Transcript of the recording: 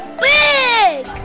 big